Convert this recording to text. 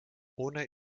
ohne